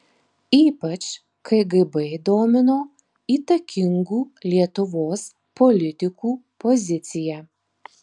ypač kgb domino įtakingų lietuvos politikų pozicija